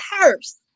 purse